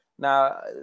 Now